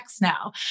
now